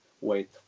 wait